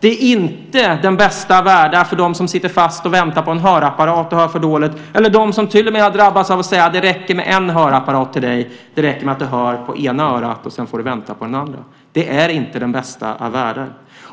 Det är inte den bästa av världar för dem sitter fast och väntar på en hörapparat och hör för dåligt eller dem som till och med har drabbats av att man säger: Det räcker med en hörapparat till dig, det räcker med att du hör på ena örat, och så får du vänta på den andra. Det är inte den bästa av världar.